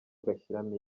agashyiramo